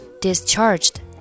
discharged